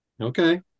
okay